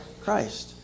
Christ